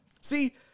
See